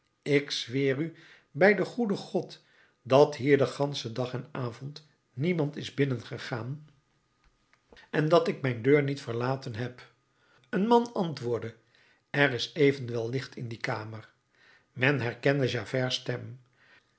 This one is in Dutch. ik zweer u bij den goeden god dat hier den ganschen dag en avond niemand is binnengegaan en dat ik mijn deur niet verlaten heb een man antwoordde er is evenwel licht in die kamer men herkende javert's stem